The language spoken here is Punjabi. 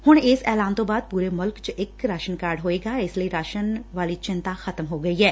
ਹੁਣ ਇਸਂ ਐਲਾਨ ਤੋਂ ਬਾਅਦ ਪੂਰੇ ਮੁਲਕ ਚ ਇਕ ਰਾਸ਼ਨ ਕਾਰਡ ਹੋਏਗਾ ਇਸ ਲੀ ਰਾਸਨ ਵਾਲੀ ਚਿੰਤਾ ਖ਼ਤਮ ਹੋ ਗਈ ਐ